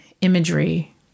imagery